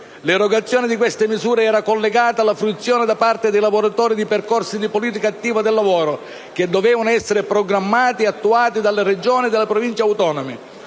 L'erogazione di queste misure era collegata alla fruizione da parte dei lavoratori di percorsi di politica attiva del lavoro, che dovevano essere programmati e attuati dalle Regioni e dalle Province autonome.